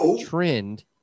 trend